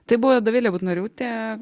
tai buvo dovilė butnoriūtė